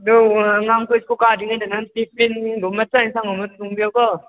ꯑꯗꯨ ꯑꯉꯥꯡꯈꯣꯏ ꯁ꯭ꯀꯨꯜ ꯀꯥꯗ꯭ꯔꯤꯉꯩꯗ ꯅꯪ ꯇꯤꯐꯤꯟꯒꯨꯝꯕ ꯆꯥꯛ ꯑꯦꯟꯁꯥꯡꯒꯨꯝꯕ ꯊꯣꯡꯕꯤꯌꯣꯀꯣ